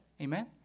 amen